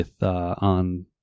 on